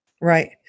Right